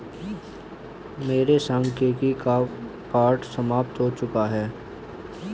मेरे सांख्यिकी का पाठ समाप्त हो चुका है